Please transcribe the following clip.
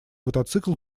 мотоцикл